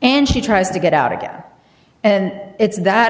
and she tries to get out again and it's that